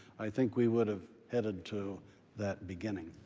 i think we would have headed to that beginning.